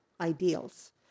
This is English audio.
ideals